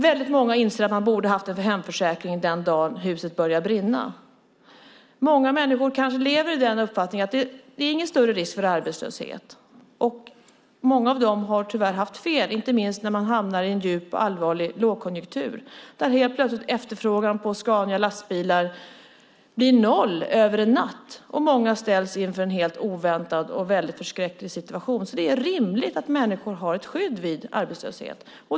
Väldigt många inser att man borde ha haft en hemförsäkring den dagen då huset börjar brinna. Många människor lever kanske i den uppfattningen att det inte finns någon större risk för arbetslöshet. Många av dem har tyvärr haft fel, inte minst när man hamnar i en djup och allvarlig lågkonjunktur där helt plötsligt efterfrågan på Scanialastbilar blir noll över en natt. Många ställs inför en helt oväntad och förskräcklig situation. Det är rimligt att människor har ett skydd vid arbetslöshet.